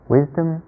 Wisdom